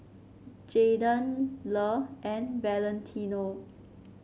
Jaydan Le and Valentino